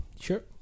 Sure